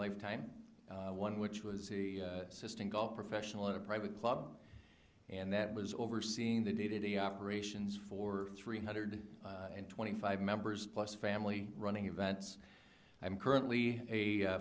lifetime one which was a system call professional in a private club and that was overseeing the day to day operations for three hundred and twenty five members plus family running events i am currently a